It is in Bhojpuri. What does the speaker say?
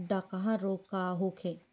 डकहा रोग का होखे?